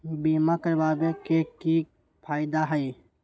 बीमा करबाबे के कि कि फायदा हई?